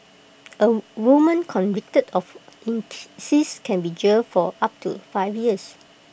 A woman convicted of incest can be jailed for up to five years